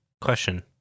question